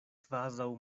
kvazaŭ